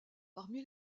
parmi